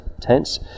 tense